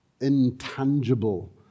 intangible